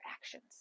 actions